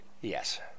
Yes